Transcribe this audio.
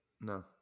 No